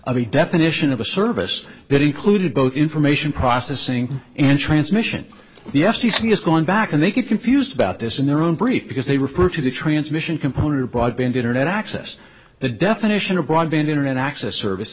a definition of a service that included both information processing and transmission the f c c has gone back and they get confused about this in their own brief because they refer to the transmission component broadband internet access the definition of broadband internet access service